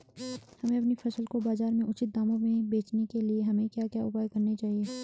हमें अपनी फसल को बाज़ार में उचित दामों में बेचने के लिए हमें क्या क्या उपाय करने चाहिए?